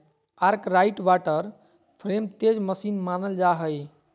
Arkwright water frame तेज machine मानल जा हई